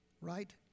right